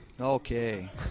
Okay